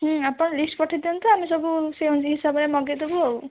ହୁଁ ଆପଣ ଲିଷ୍ଟ୍ ପଠେଇଦିଅନ୍ତୁ ଆମେ ସବୁ ସେଇ ଲିଷ୍ଟ୍ ହିସାବରେ ମଗେଇଦେବୁ ଆଉ